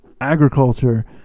agriculture